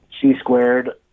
c-squared